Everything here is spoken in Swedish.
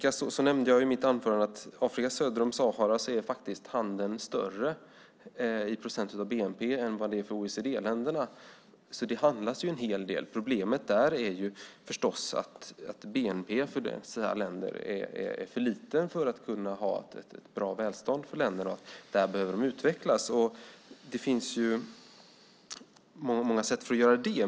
I mitt huvudanförande nämnde jag att handeln i Afrika söder om Sahara är större i procent av bnp än den är i OECD-länderna. Det handlas ju en hel del. Problemet där är förstås att bnp för dessa länder är för liten för att man ska ha ett bra välstånd. De behöver utvecklas. Det finns många sätt att göra det.